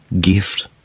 gift